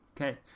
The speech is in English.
Okay